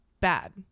Bad